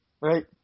right